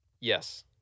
Yes